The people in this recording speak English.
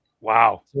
Wow